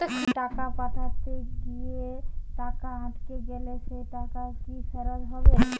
টাকা পাঠাতে গিয়ে টাকা আটকে গেলে সেই টাকা কি ফেরত হবে?